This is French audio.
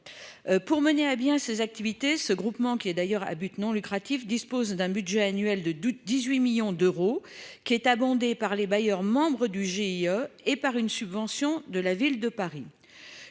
Pour mener à bien ses activités. Ce groupement qui est d'ailleurs à but non lucratif dispose d'un budget annuel de de 18 millions d'euros qui est abondé par les bailleurs, membres du GIE et par une subvention de la Ville de Paris.